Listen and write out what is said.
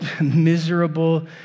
miserable